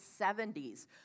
70s